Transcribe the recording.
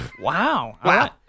Wow